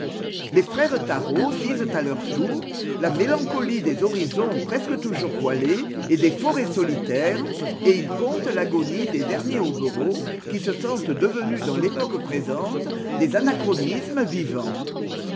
les frères tharaud disent à leur tour la mélancolie des horizons presque toujours voilés et des forêts solitaires et ils content l'agonie des derniers hobereaux qui se sentent devenus dans l'époque présente des anachronismes vivants